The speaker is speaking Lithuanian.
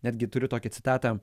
netgi turiu tokią citatą